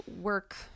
work